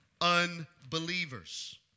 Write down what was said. unbelievers